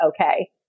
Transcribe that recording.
okay